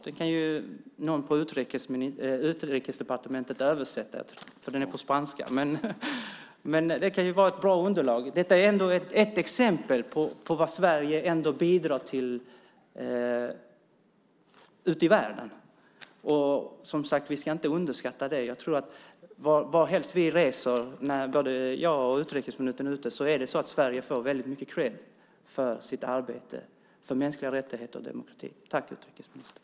Den kan någon på Utrikesdepartementet översätta; den är på spanska. Den kan vara ett bra underlag. Detta är ett exempel på vad Sverige bidrar till ute i världen. Som sagt ska vi inte underskatta det. Varhelst vi reser, både jag och utrikesministern, får Sverige väldigt mycket kredd för sitt arbete för mänskliga rättigheter och demokrati. Tack, utrikesministern!